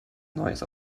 neues